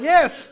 Yes